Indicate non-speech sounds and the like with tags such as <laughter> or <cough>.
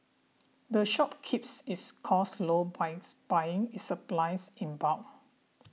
the shop keeps its costs low by <noise> buying its supplies in bulk